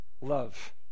love